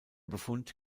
befund